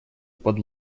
под